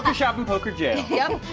ah shopping, poker, jail. yup,